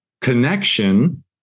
connection